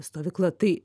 stovykla tai